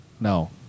no